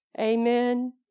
Amen